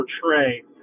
portray